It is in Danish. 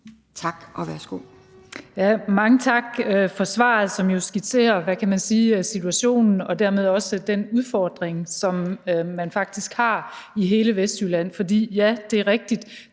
Tørnæs (V): Mange tak for svaret, som jo skitserer situationen og dermed også den udfordring, som man faktisk har i hele Vestjylland. For ja, det er rigtigt,